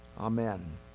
Amen